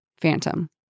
Phantom